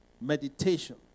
meditation